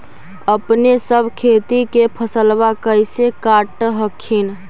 अपने सब खेती के फसलबा कैसे काट हखिन?